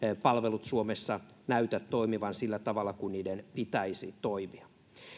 palvelut suomessa näytä toimivan sillä tavalla kuin niiden pitäisi toimia